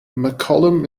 mccollum